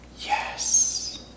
Yes